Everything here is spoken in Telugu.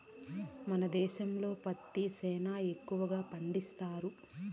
మన దేశంలో పత్తి సేనా ఎక్కువగా పండిస్తండారు